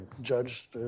Judge